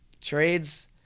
Trades